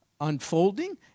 unfolding